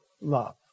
love